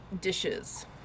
dishes